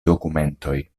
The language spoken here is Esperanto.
dokumentoj